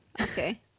Okay